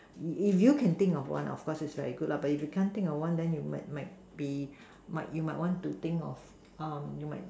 if if you can think of one of course it's very good lah but if you can't think of one you might might be might you might want to think of